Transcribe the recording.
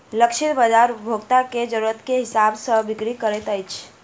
लक्षित बाजार उपभोक्ता के जरुरत के हिसाब सॅ बिक्री करैत अछि